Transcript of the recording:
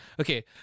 Okay